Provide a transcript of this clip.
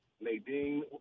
Nadine